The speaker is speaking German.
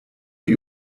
die